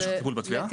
למשך טיפול בתביעה?